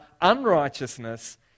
unrighteousness